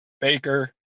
Baker